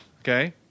Okay